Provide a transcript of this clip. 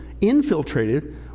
infiltrated